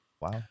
wow